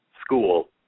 school